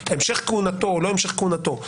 המשך כהונתו לא המשך כהונתו,